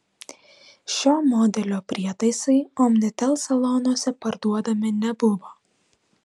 šio modelio prietaisai omnitel salonuose parduodami nebuvo